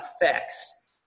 effects